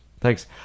Thanks